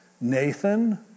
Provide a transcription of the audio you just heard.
Nathan